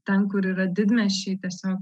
ten kur yra didmiesčiai tiesiog